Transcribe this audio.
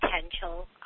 potential